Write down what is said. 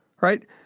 right